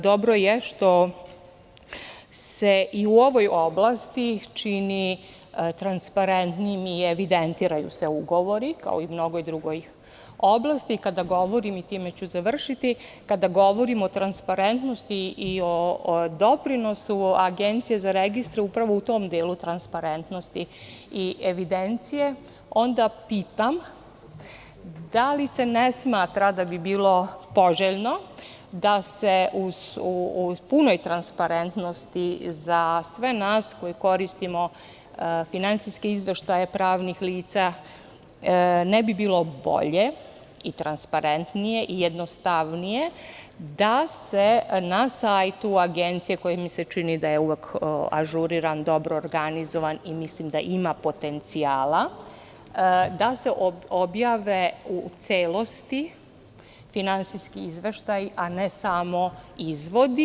Dobro je što se i u ovoj oblasti čini transparentnijim i evidentirani su ugovori, kao i u mnogim drugim oblastima, kada govorim i time ću završiti, kada govorimo i o transparentnosti i o doprinosu Agencije za registar upravo u tom delu transparentnosti i evidencija, onda pitam – da li se ne smatra da bi bilo poželjno da se u punoj transparentnosti za sve nas koji koristimo finansijske izveštaje pravnih lica, ne bi li bilo bolje i transparentnije i jednostavnije da se na sajtu agencije, koji mi se čini da je uvek ažuriran, dobro organizovan i mislim da ima potencijala, da se objave u celosti finansijski izveštaji a ne samo izvodi?